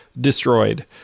destroyed